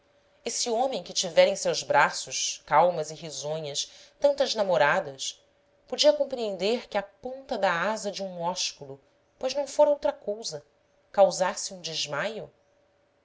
esse homem que tivera em seus braços calmas e risonhas tantas namoradas podia compreender que a ponta da asa de um ósculo pois não fora outra cousa causasse um desmaio